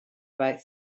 about